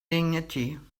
dignity